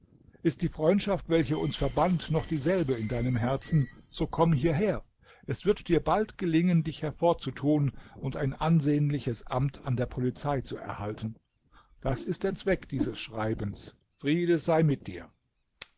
ist die freundschaft welche uns verband noch dieselbe in deinem herzen so komm hierher es wird dir bald gelingen dich hervorzutun und ein ansehnliches amt an der polizei zu erhalten das ist der zweck dieses schreibens friede sei mit dir